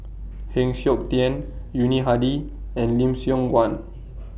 Heng Siok Tian Yuni Hadi and Lim Siong Guan